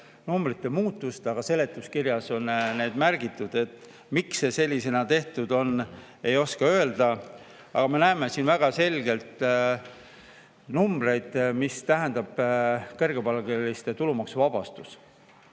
numbrite muutust, kuigi seletuskirjas on need märgitud. Miks see sellisena tehtud on? Ei oska öelda. Aga me näeme siin väga selgelt numbreid, mis [näitavad, mida] tähendab kõrgepalgaliste tulumaksuvabastus.